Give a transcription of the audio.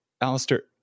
Alistair